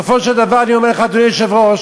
בסופו של דבר, אני אומר לך, אדוני היושב-ראש,